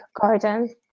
garden